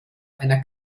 einer